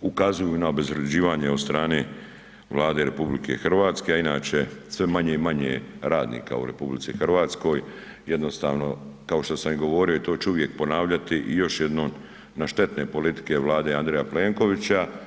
ukazuju na obezvrjeđivanje od strane Vlade RH a inače sve manje i manje je radnika u RH, jednostavno kao što sami i govorio i to ću uvijek ponavljati i još jednom na štetne politike Vlade Andreja Plenkovića.